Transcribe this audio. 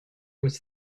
was